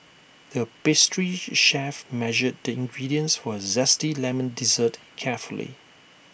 the pastry chef measured the ingredients for A Zesty Lemon Dessert carefully